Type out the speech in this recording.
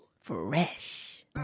Fresh